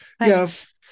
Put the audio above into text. Yes